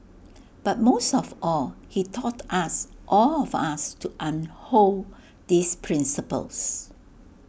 but most of all he taught us all of us to unhold these principles